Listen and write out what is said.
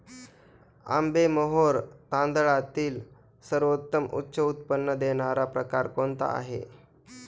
आंबेमोहोर तांदळातील सर्वोत्तम उच्च उत्पन्न देणारा प्रकार कोणता आहे?